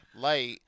light